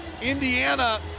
Indiana